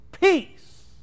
Peace